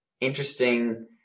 interesting